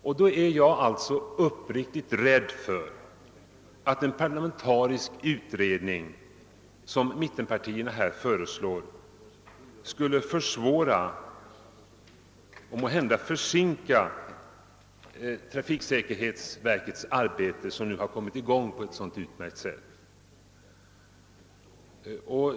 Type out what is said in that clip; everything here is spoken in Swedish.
Därför är jag uppriktigt rädd för att en parlamentarisk utredning, som mittenpartierna här föreslår, skulle försvåra och måhända försinka trafiksäkerhetsverkets arbete, som nu har kommit i gång på ett så utmärkt sätt.